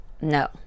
No